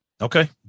Okay